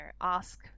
ask